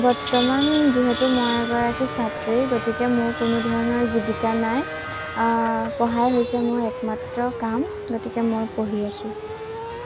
বৰ্তমান যিহেতু মই এগৰাকী ছাত্ৰী গতিকে মোৰ কোনো ধৰণৰ জীৱিকা নাই পঢ়াই হৈছে মোৰ একমাত্ৰ কাম গতিকে মই পঢ়ি আছোঁঁ